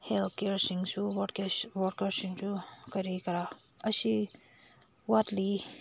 ꯍꯦꯜ ꯀꯤꯌꯥꯔꯁꯤꯡꯁꯨ ꯋꯥꯀꯔꯁ ꯋꯥꯀꯔꯁꯤꯡꯁꯨ ꯀꯔꯤ ꯀꯔꯥ ꯑꯁꯤ ꯋꯥꯠꯂꯤ